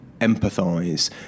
empathise